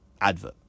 advert